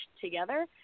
together